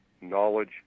knowledge